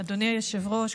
אדוני היושב-ראש,